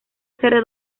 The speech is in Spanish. hacer